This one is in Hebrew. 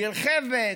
נרחבת,